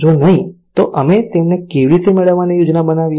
જો નહિં તો અમે તેમને કેવી રીતે મેળવવાની યોજના બનાવીએ